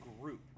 group